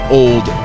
old